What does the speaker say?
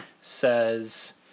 says